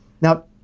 Now